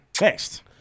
Next